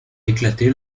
éclaté